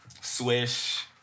Swish